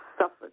suffered